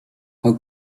how